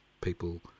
people